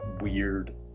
weird